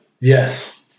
Yes